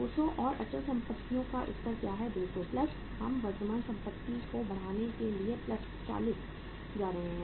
200 और अचल संपत्तियों का स्तर क्या है 200 प्लस हम वर्तमान संपत्ति को बढ़ाने के लिए प्लस 40 जा रहे हैं